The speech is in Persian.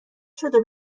شده